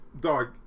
dog